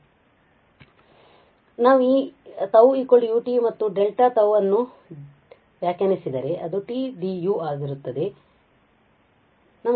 ಆದ್ದರಿಂದ ನಾವು ಈ τ u t ಮತ್ತು dτ ಅನ್ನು ವ್ಯಾಖ್ಯಾನಿಸಿದರೆ ಅದು t du ಆಗಿರುತ್ತದೆ